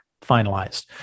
finalized